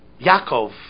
Yaakov